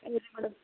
hello ರೀ madam